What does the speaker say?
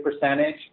percentage